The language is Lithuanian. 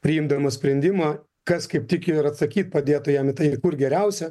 priimdamas sprendimą kas kaip tik ir atsakyt padėtų jam į tai kur geriausia